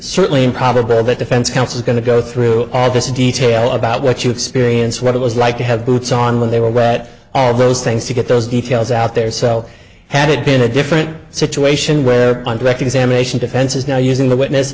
certainly improbable the defense counsel going to go through all this detail about what you experience what it was like to have boots on when they were read all those things to get those details out there so had it been a different situation where undirected samay she defense is now using the witness